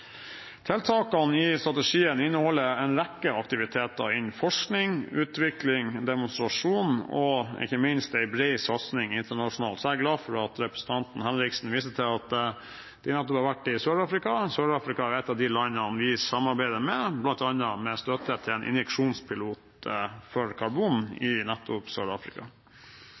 Tiltakene i strategien inneholder en rekke aktiviteter innen forskning, utvikling, demonstrasjon og ikke minst en bred satsing internasjonalt, så jeg er glad for at representanten Henriksen viser til at de nettopp har vært i Sør-Afrika. Sør-Afrika er et av de landene vi samarbeider med, bl.a. med støtte til en injeksjonspilot for